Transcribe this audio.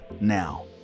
now